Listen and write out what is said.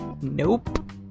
Nope